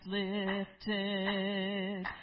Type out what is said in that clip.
lifted